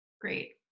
great